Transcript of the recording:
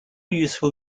useful